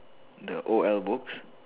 the o L books